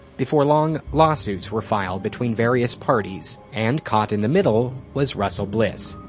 before long, lawsuits were filed between various parties, and caught in the middle was russell bliss.